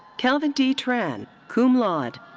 calvin d. tran, cum laude.